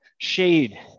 Shade